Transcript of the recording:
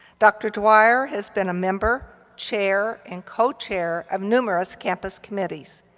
dr. dwyer has been a member, chair, and co-chair of numerous campus committees.